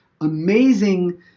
amazing